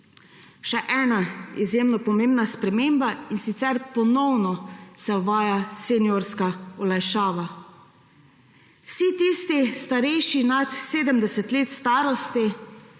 Še ena izjemno pomembna sprememba, in sicer ponovno se uvaja seniorska olajšava. Vsi tisti, starejši nad 70 let starosti